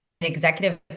executive